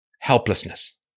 helplessness